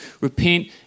Repent